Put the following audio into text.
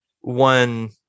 one